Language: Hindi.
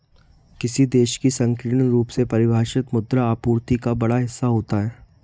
किसी देश की संकीर्ण रूप से परिभाषित मुद्रा आपूर्ति का बड़ा हिस्सा होता है